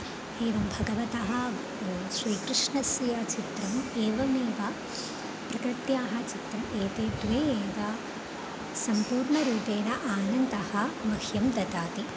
एवं भगवतः श्रीकृष्णस्य चित्रम् एवमेव प्रकृत्याः चित्रम् एते द्वे एव सम्पूर्णरूपेण आनन्दः मह्यं ददाति